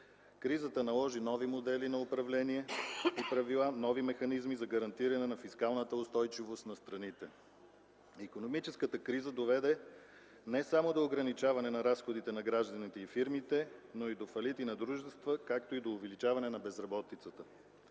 Кризата наложи нови модели на управление и правила, нови механизми за гарантиране на фискалната устойчивост на страните. Икономическата криза доведе не само до ограничаване на разходите на гражданите и фирмите, но и до фалити на дружества, както и до увеличаване на безработицата.